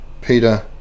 Peter